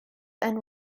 and